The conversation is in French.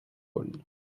paul